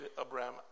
Abraham